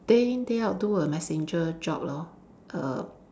day in day out do a messenger job lor err